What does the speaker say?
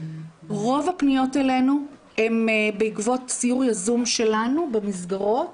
רוב הפניות אלינו הן בעקבות סיור יזום שלנו במסגרות